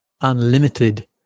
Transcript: unlimited